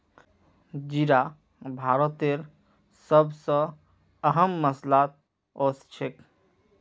जीरा भारतेर सब स अहम मसालात ओसछेख